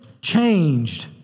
changed